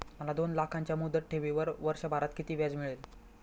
मला दोन लाखांच्या मुदत ठेवीवर वर्षभरात किती व्याज मिळेल?